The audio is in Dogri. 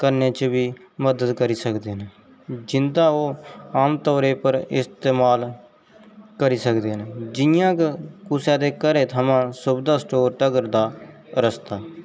करने च बी मदद करी सकदे न जिं'दा ओह् आमतौरै पर इस्तेमाल करी सकदे न जि'यां क कुसै दे घरै थमां सुविधा स्टोर तक्कर दा रस्ता